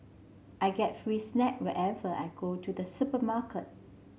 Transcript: I get free snack whenever I go to the supermarket